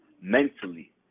mentally